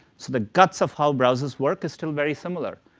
so the guts of how browsers work is still very similar.